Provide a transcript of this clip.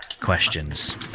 questions